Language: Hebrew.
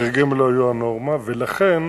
החריגים האלה היו הנורמה, ולכן